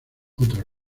otra